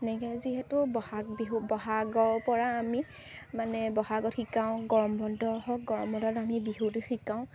তেনেকৈ যিহেতু ব'হাগ বিহু ব'হাগৰ পৰা আমি মানে ব'হাগত শিকাওঁ গৰম বন্ধ হওক গৰম বন্ধত আমি বিহুটো শিকাওঁ